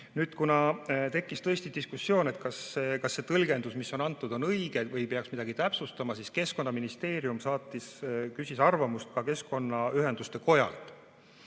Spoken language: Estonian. Kuna tekkis tõesti diskussioon, kas see tõlgendus, mis on antud, on õige, või peaks midagi täpsustama, siis Keskkonnaministeerium küsis arvamust ka keskkonnaühenduste kojalt.